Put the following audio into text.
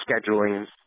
scheduling